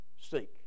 seek